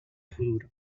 futuro